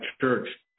Church